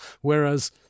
whereas